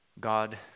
God